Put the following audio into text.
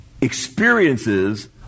experiences